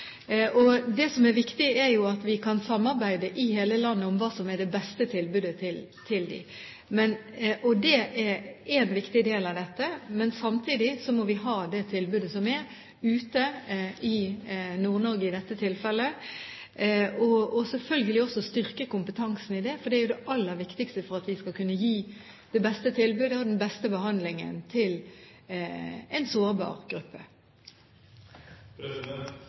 og at vi kan samarbeide i hele landet om hva som er det beste tilbudet til dem. Det er en viktig del av dette, men samtidig må vi ha det tilbudet som er ute, i Nord-Norge i dette tilfellet, og selvfølgelig også styrke kompetansen i det, for det er jo det aller viktigste for at vi skal kunne gi det beste tilbudet og den beste behandlingen til en sårbar